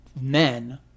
Men